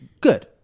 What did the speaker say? good